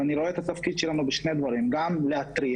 אני רואה את התפקיד שלנו בשני דברים גם להתריע